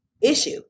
issue